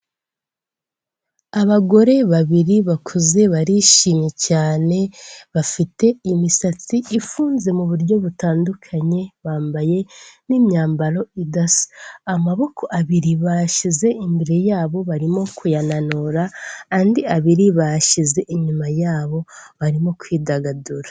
Abagore babiri bakuze barishimye cyane, bafite imisatsi ifunze mu buryo butandukanye, bambaye n'imyambaro idasa, amaboko abiri bashyize imbere yabo barimo kuyananura, andi abiri bashyize inyuma yabo, barimo kwidagadura.